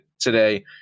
today